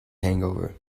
hangover